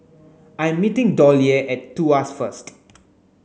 I'm meeting Dollye at Tuas first